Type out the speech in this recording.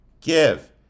give